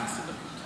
מה עשר דקות?